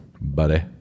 buddy